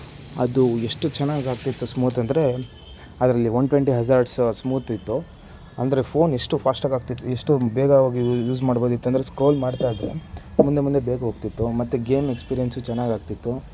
ಅದು ಎಷ್ಟು ಚೆನ್ನಾಗಿ ಆಗ್ತಿತ್ತು ಸ್ಮೂತ್ ಅಂದರೆ ಅದರಲ್ಲಿ ಒನ್ ಟ್ವೆಂಟಿ ಹಜ಼ಾರ್ಡ್ಸ್ ಸ್ಮೂತ್ ಇತ್ತು ಅಂದರೆ ಫ಼ೋನ್ ಎಷ್ಟು ಫ಼ಾ಼ಷ್ಟಾಗಿ ಆಗ್ತಿತ್ತು ಎಷ್ಟು ಬೇಗವಾಗಿ ಯೂಸ್ ಮಾಡಬಹುದಿತ್ತಂದರೆ ಸ್ಕ್ರೋಲ್ ಮಾಡ್ತಾ ಇದ್ರೆ ಮುಂದೆ ಮುಂದೆ ಬೇಗ ಹೋಗ್ತಿತ್ತು ಮತ್ತೆ ಗೇಮ್ ಎಕ್ಸ್ಪಿರಿಯೆನ್ಸ್ ಚೆನ್ನಾಗಿ ಆಗ್ತಿತ್ತು